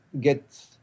get